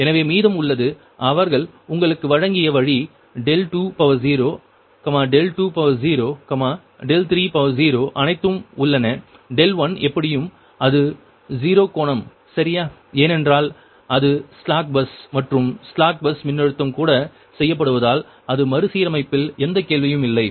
எனவே மீதம் உள்ளது அவர்கள் உங்களுக்கு வழங்கிய வழி 20 20 30 அனைத்தும் உள்ளன 1 எப்படியும் அது 0 கோணம் சரியா ஏனென்றால் அது ஸ்லாக் பஸ் மற்றும் ஸ்லாக் பஸ் மின்னழுத்தம் கூட செய்யப்படுவதால் அது மறுசீரமைப்பில் எந்த கேள்வியும் இல்லை